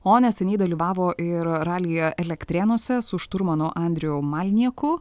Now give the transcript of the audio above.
o neseniai dalyvavo ir ralyje elektrėnuose su šturmanu andriu malnieku